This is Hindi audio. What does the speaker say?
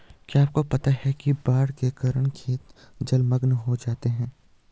क्या आपको पता है बाढ़ के कारण खेत जलमग्न हो जाते हैं?